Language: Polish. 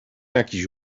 jakiś